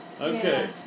Okay